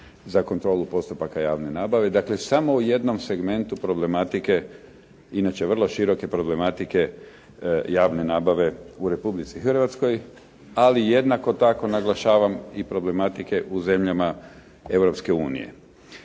za kontrolu postupaka javne nabave, dakle samo u jednom segmentu problematike, inače vrlo široke problematike javne nabave u Republici Hrvatskoj, ali jednako tako naglašavam i problematike u zemljama